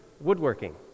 woodworking